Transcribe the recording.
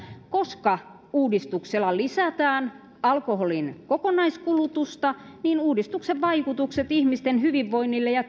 koska uudistuksella lisätään alkoholin kokonaiskulutusta niin uudistuksen vaikutukset ihmisten hyvinvointiin ja